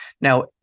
Now